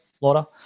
Laura